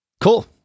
Cool